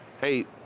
hey